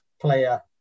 player